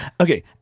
okay